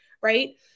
Right